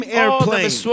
airplane